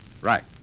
Right